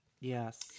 Yes